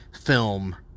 film